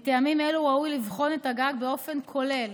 מטעמים אלו ראוי לבחון את הגג באופן כולל